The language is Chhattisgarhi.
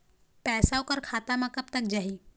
पैसा ओकर खाता म कब तक जाही?